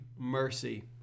mercy